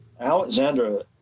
Alexandra